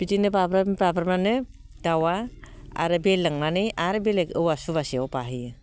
बिदिनो बाब्राबना बाब्रानानैनो दाउआ आरो बिरलांनानै आरो बेलेग औवा सुबासेयाव बाहैयो